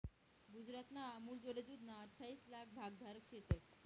गुजरातमा अमूलजोडे दूधना अठ्ठाईस लाक भागधारक शेतंस